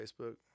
Facebook